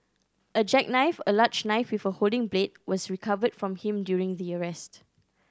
a jackknife a large knife with a folding blade was recovered from him during the arrest